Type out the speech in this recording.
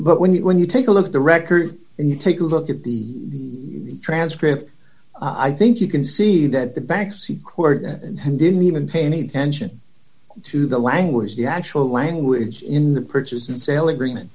but when you when you take a look at the record and you take a look at the transcript i think you can see that the backseat court didn't even pay any attention to the language the actual language in the purchase and sale agreement